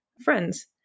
friends